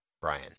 Brian